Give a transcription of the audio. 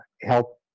help